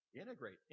Integrate